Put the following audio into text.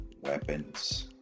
weapons